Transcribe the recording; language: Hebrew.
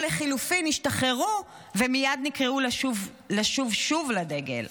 או לחלופין השתחררו, ומייד נקראו לשוב שוב לדגל,